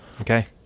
Okay